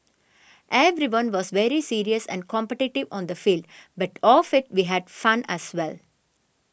everyone was very serious and competitive on the field but off it we had fun as well